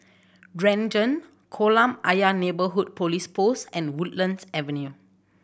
Renjong Kolam Ayer Neighbourhood Police Post and Woodlands Avenue